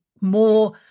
more